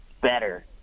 better